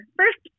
first